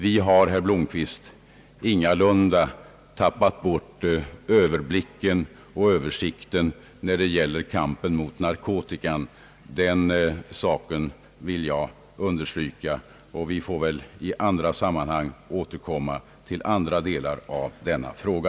Vi har, herr Blomquist, ingalunda tappat bort överblicken och översikten när det gäller kampen mot narkotika — det vill jag understryka. Vi får väl i andra sammanhang återkomma till andra delar av denna fråga.